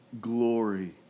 glory